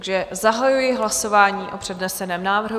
Takže zahajuji hlasování o předneseném návrhu.